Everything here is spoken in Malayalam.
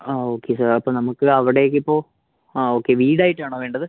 ആ ഓക്കെ സാർ അപ്പോൾ നമുക്ക് അവിടേക്ക് ഇപ്പോൾ ആ ഓക്കെ വീട് ആയിട്ടാണോ വേണ്ടത്